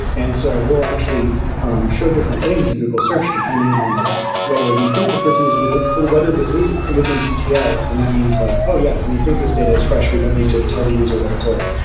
and so we'll actually show different things in google search depending on whether we think that this is with whether this is within ttl, and that means like, oh, yeah. we think this data is fresh. we don't need to tell the user that it's old.